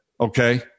okay